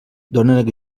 donen